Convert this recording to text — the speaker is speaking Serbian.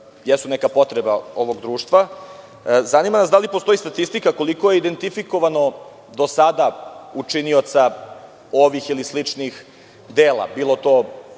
jesu neka potreba ovog društva, zanima nas da li postoji statistika koliko je identifikovano do sada učinioca ovih ili sličnih dela, bilo da